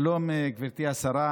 שלום, גברתי השרה.